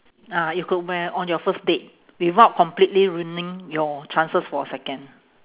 ah you could wear on your first date without completely ruining your chances for a second